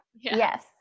Yes